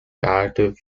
additive